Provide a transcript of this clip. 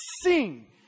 sing